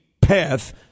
path